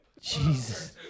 Jesus